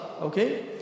Okay